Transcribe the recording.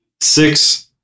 six